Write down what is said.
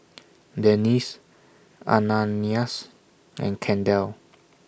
Dennis Ananias and Kendall